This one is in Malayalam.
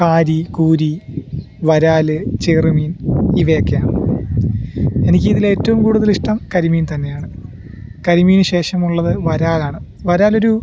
കാരി കൂരി വരാൽ ചെറുമീന് ഇവയൊക്കെയാണ് എനിക്ക് ഇതിൽ ഏറ്റവും കൂടുതൽ ഇഷ്ടം കരിമീൻ തന്നെയാണ് കരിമീനിനു ശേഷമുള്ളത് വരാലാണ് വരാലൊരു